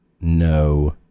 no